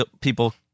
people